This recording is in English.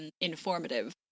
informative